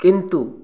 କିନ୍ତୁ